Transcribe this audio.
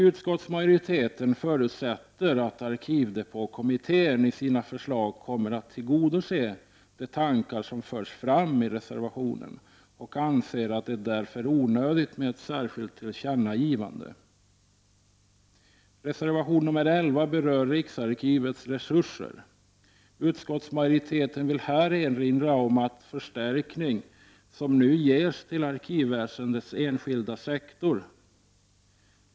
Utskottsmajoriteten förutsätter att arkivdepåkommittén i sina förslag kommer att tillgodose de tankar som förs fram i reservationen och anser det därför onödigt med ett särskilt tillkännagivande. Reservation nr 11 berör Riksarkivets resurser. Utskottsmajoriteten vill här erinra om den förstärkning som nu ges till arkivväsendets enskilda sektor.